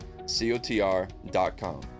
cotr.com